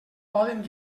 poden